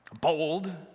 Bold